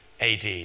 AD